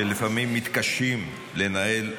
שלפעמים מתקשים לנהל,